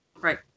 Right